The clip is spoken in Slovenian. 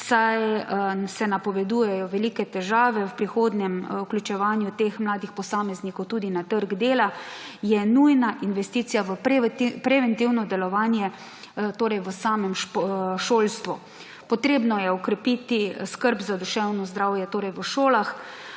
saj se napovedujejo velike težave v prihodnjem vključevanju teh mladih posameznikov tudi na trg dela, je nujna investicija v preventivno delovanje, torej v samem šolstvu. Potrebno je okrepiti skrb za duševno zdravje v šolah